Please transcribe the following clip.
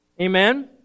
amen